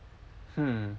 hmm